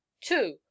Two